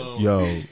Yo